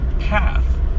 path